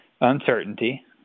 uncertainty